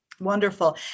Wonderful